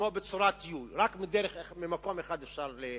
בצורת U, רק ממקום אחד אפשר לצאת,